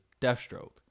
Deathstroke